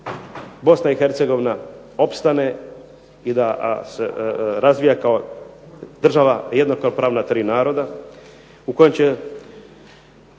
Bosna i Hercegovina opstane i da se razvija kao država jednakopravna tri naroda,